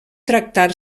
tractar